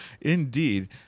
Indeed